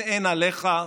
אין, אין עליך",